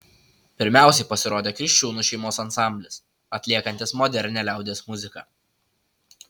pirmiausiai pasirodė kriščiūnų šeimos ansamblis atliekantis modernią liaudies muziką